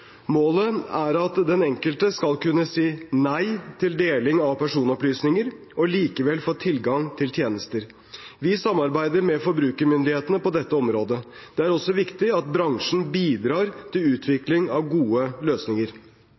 Målet er at den enkelte skal kunne si nei til deling av personopplysninger og likevel få tilgang til tjenester. Vi samarbeider med forbrukermyndighetene på dette området. Det er også viktig at bransjen bidrar til utvikling av gode løsninger.